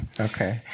Okay